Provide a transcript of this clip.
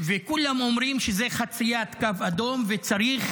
וכולם אומרים שזה חציית קו אדום ושצריך